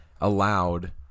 allowed